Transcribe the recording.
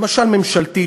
למשל ממשלתית,